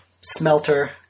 smelter